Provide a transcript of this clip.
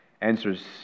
answers